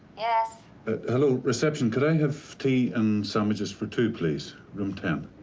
ah so ah hello, reception. could i have tea and sandwiches for two, please? room ten.